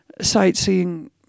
sightseeing